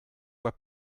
were